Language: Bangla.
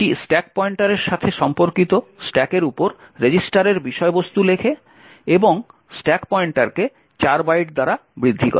এটি স্ট্যাক পয়েন্টারের সাথে সম্পর্কিত স্ট্যাকের উপর রেজিস্টারের বিষয়বস্তু লেখে এবং স্ট্যাক পয়েন্টারকে 4 বাইট দ্বারা বৃদ্ধি করে